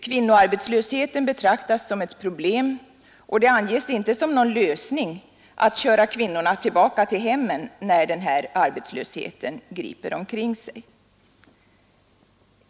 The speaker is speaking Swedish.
Kvinnoarbetslösheten betraktas som ett problem, och det anges inte som någon lösning att köra kvinnorna tillbaka till hemmen när den allmänna arbetslösheten griper omkring sig.